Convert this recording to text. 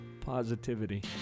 positivity